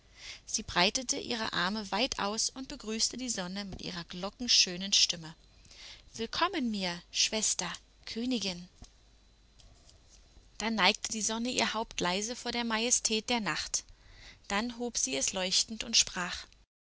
sie breitete ihre arme weit aus und grüßte die sonne mit ihrer glockenschönen stimme willkommen mir schwester königin da neigte die sonne ihr haupt leise vor der majestät der nacht dann hob sie es leuchtend und sprach